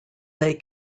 they